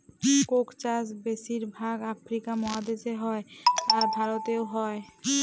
Coke চাষ বেশির ভাগ আফ্রিকা মহাদেশে হ্যয়, আর ভারতেও হ্য়য়